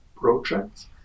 projects